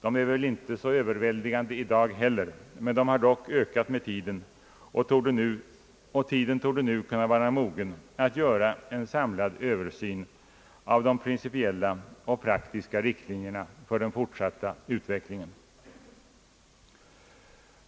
De är väl inte överväldigande i dag heller men har dock ökat, och tiden torde nu vara mogen att göra en samlad översyn av de principiella och praktiska riktlinjerna för den fortsatta verksamheten.